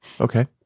Okay